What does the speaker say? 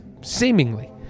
seemingly